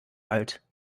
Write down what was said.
alt